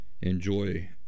Enjoy